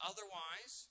Otherwise